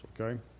okay